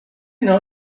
know